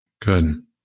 Good